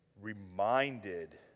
reminded